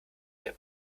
der